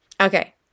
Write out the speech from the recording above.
Okay